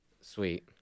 Sweet